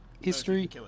history